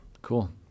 Cool